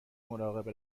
مراقب